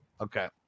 Okay